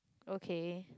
okay